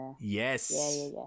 Yes